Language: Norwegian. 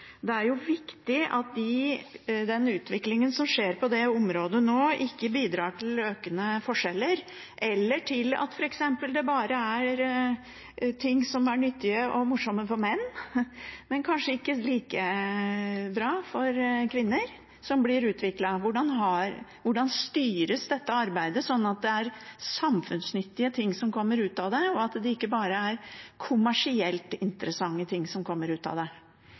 Det er jo viktig at den utviklingen som skjer på det området nå, ikke bidrar til økende forskjeller eller til at f.eks. det bare er ting som er nyttige og morsomme for menn, men kanskje ikke like bra for kvinner, som blir utviklet. Hvordan styres dette arbeidet slik at det er samfunnsnyttige ting som kommer ut av det, og at det ikke bare er kommersielt interessante ting som kommer ut av det?